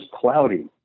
cloudy